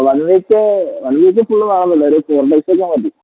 one week one week full വേണം എന്നില്ല ഒരു ഫോർ ഡേയ്സ് ഒക്കെ മതി